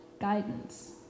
guidance